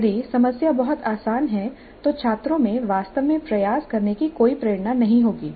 यदि समस्या बहुत आसान है तो छात्रों में वास्तव में प्रयास करने की कोई प्रेरणा नहीं होगी